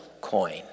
coin